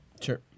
Sure